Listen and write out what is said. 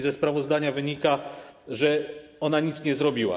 Ze sprawozdania wynika, że ona nic nie zrobiła.